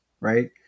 right